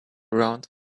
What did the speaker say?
around